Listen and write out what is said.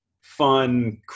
fun